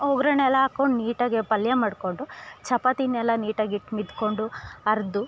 ಒಗ್ಗರಣೆ ಎಲ್ಲ ಹಾಕೊಂಡು ನೀಟಾಗಿ ಪಲ್ಯ ಮಾಡ್ಕೊಂಡು ಚಪಾತಿನೆಲ್ಲ ನೀಟಾಗಿ ಹಿಟ್ಟು ಮಿದ್ಕೊಂಡು ಅರೆದು